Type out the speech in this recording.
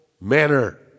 manner